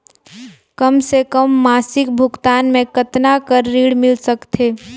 कम से कम मासिक भुगतान मे कतना कर ऋण मिल सकथे?